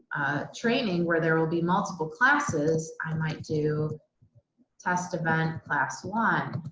training, where there will be multiple classes, i might do test event, class one,